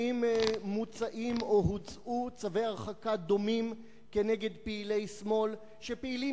האם מוצאים או הוצאו צווי הרחקה דומים נגד פעילי שמאל שפעילים